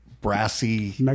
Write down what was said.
brassy